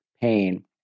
pain